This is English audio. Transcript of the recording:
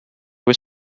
were